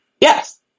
Yes